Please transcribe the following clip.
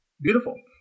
Beautiful